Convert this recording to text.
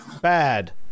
bad